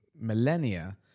millennia